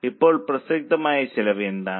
ഇപ്പോൾ പ്രസക്തമായ ചെലവ് എന്താണ്